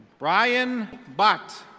bryan bot.